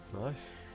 Nice